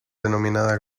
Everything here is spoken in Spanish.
denominada